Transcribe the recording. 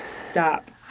Stop